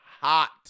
hot